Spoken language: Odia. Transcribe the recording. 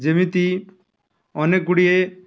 ଯେମିତି ଅନେକ ଗୁଡ଼ିଏ